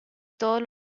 todos